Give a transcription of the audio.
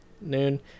noon